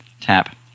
Tap